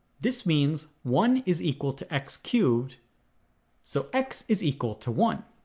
this means one is equal to x cubed so x is equal to one